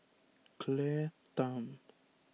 Claire Tham